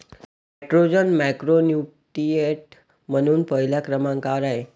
nitrogen macronutrient म्हणून पहिल्या क्रमांकावर आहे